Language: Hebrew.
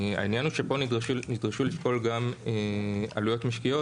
העניין הוא שפה נדרשו לפעול גם עלויות משקיות,